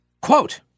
Quote